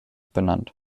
benannt